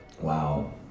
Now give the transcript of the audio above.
Wow